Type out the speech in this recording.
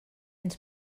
ens